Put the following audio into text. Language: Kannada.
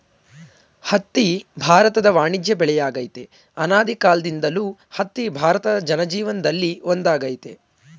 ಹತ್ತಿ ಭಾರತದ ವಾಣಿಜ್ಯ ಬೆಳೆಯಾಗಯ್ತೆ ಅನಾದಿಕಾಲ್ದಿಂದಲೂ ಹತ್ತಿ ಭಾರತ ಜನಜೀವನ್ದಲ್ಲಿ ಒಂದಾಗೈತೆ